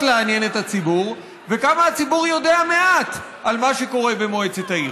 לעניין את הציבור וכמה הציבור יודע מעט על מה שקורה במועצת העיר,